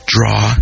Draw